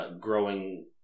growing